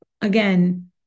again